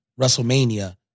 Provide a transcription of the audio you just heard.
WrestleMania